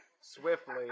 swiftly